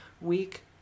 week